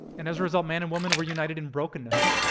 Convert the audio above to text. and as a result, man and woman were united in brokenness.